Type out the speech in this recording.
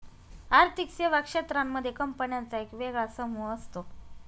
आर्थिक सेवा क्षेत्रांमध्ये कंपन्यांचा एक वेगळा समूह असतो